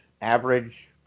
average